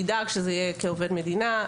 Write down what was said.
ידאג שזה יהיה כעובד מדינה.